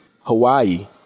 Hawaii